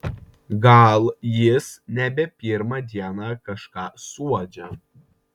gal jis nebe pirmą dieną kažką suuodžia